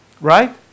Right